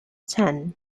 ten